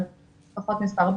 אבל לפחות מספר.